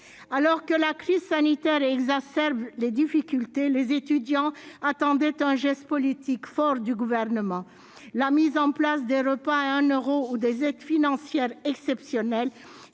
Alors que la crise sanitaire exacerbe les difficultés, les étudiants attendaient un geste politique fort du Gouvernement. La mise en place des repas à 1 euro et des aides financières exceptionnelles,